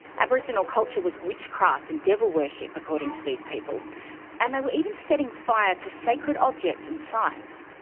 aboriginal culture was witchcraft and devil-worship, according to these people and they were even setting fire to sacred objects and sites.